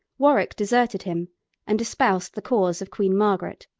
warwick deserted him and espoused the cause of queen margaret.